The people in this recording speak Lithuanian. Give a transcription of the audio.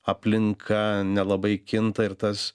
aplinka nelabai kinta ir tas